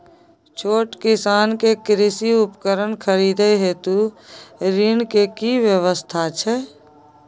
छोट किसान के कृषि उपकरण खरीदय हेतु ऋण के की व्यवस्था छै?